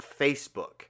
Facebook